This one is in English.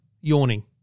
yawning